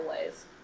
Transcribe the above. ways